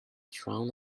drawn